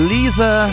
Lisa